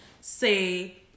say